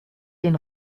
den